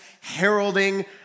heralding